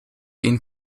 ihnen